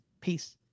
Peace